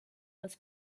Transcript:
was